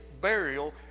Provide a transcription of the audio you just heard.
burial